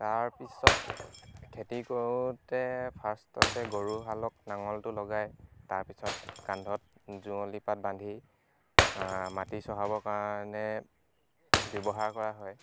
তাৰ পিছত খেতি কৰোঁতে ফাৰ্ষ্টতে গৰু হালক নাঙলটো লগাই তাৰ পিছত কান্ধত যুৱঁলিপাত বান্ধি মাটি চহাবৰ কাৰণে ব্যৱহাৰ কৰা হয়